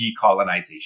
decolonization